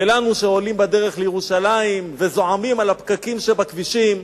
ולנו שעולים בדרך לירושלים וזועמים על הפקקים שבכבישים,